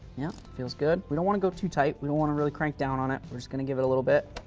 yeah, feels good. we don't want to go too tight. we don't want to really crank down on it. we're just going to give it a little bit.